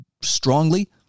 strongly